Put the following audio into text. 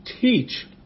teach